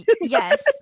Yes